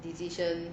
decision